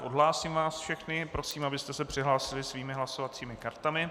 Odhlásím vás všechny a prosím, abyste se přihlásili svými hlasovacími kartami.